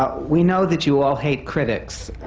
ah we know that you all hate critics,